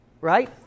Right